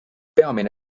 peamine